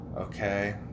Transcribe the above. Okay